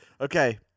Okay